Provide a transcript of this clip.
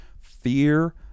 fear